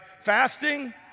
fasting